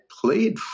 played